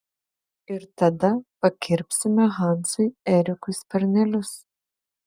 ir tada pakirpsime hansui erikui sparnelius